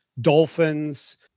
dolphins